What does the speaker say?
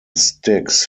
styx